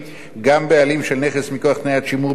גם בעלים של נכס מכוח תניית שימור בעלות לא יוכל